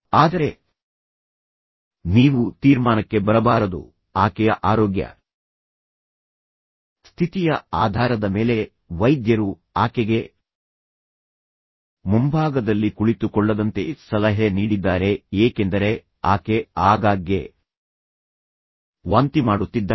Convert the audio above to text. ಆದರೆ ನೀವು ತೀರ್ಮಾನಕ್ಕೆ ಬರಬಾರದು ಆಕೆಯ ಆರೋಗ್ಯ ಸ್ಥಿತಿಯ ಆಧಾರದ ಮೇಲೆ ವೈದ್ಯರು ಆಕೆಗೆ ಮುಂಭಾಗದಲ್ಲಿ ಕುಳಿತುಕೊಳ್ಳದಂತೆ ಸಲಹೆ ನೀಡಿದ್ದಾರೆ ಏಕೆಂದರೆ ಆಕೆ ಆಗಾಗ್ಗೆ ವಾಂತಿ ಮಾಡುತ್ತಿದ್ದಾಳೆ